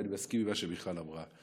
ואני מסכים למה שמיכל אמרה.